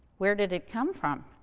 where did it come from?